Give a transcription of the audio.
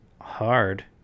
hard